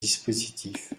dispositif